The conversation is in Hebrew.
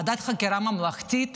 ועדת חקירה ממלכתית